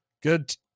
Good